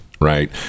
right